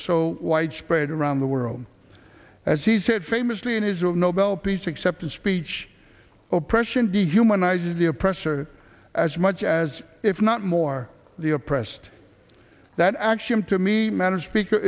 so widespread around the world as he said famously in israel nobel peace acceptance speech oppression dehumanizing the oppressor as much as if not more the oppressed that action to me manage speaker